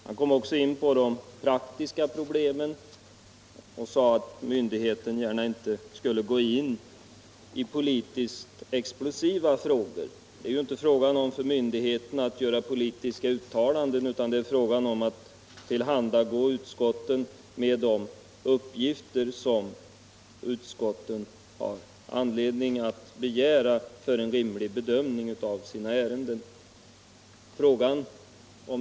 Han kom också in på de praktiska problemen och sade att en myndighet inte gärna skulle yttra sig i politiskt explosiva frågor. Men det är ju inte fråga om för myndigheten att göra politiska uttalanden, utan det gäller bara att tillhandagå utskotten med de uppgifter utskotten har anledning att begära för en rimlig bedömning av sina ärenden.